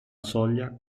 soglia